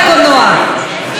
כמובן,